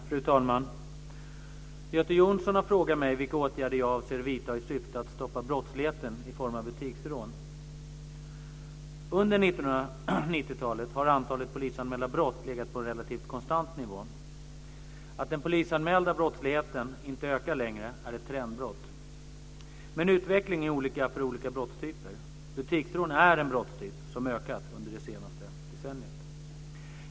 Fru talman! Göte Jonsson har frågat mig vilka åtgärder jag avser vidta i syfte att stoppa brottslighet i form av butiksrån. Under 1990-talet har antalet polisanmälda brott legat på en relativt konstant nivå. Att den polisanmälda brottsligheten inte ökar längre är ett trendbrott. Men utvecklingen är olika för olika brottstyper. Butiksrån är en brottstyp som ökat under det senaste decenniet.